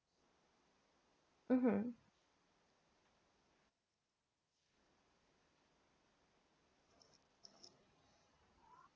mmhmm